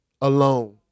alone